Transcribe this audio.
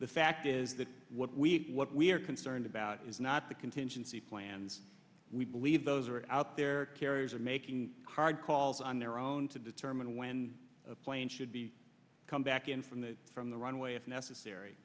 the fact is that what we what we are concerned about is not the contingency plans we believe those are out there carriers are making hard calls on their own to determine when a plane should be come back in from the from the runway if necessary